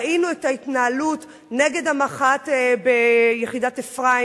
ראינו את ההתנהלות נגד המח"ט ביחידת אפרים